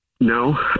No